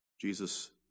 Jesus